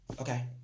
Okay